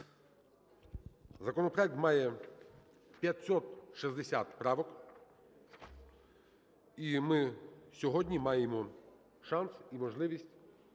Законопроект має 560 правок, і ми сьогодні маємо шанс і можливість